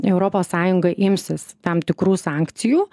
europos sąjunga imsis tam tikrų sankcijų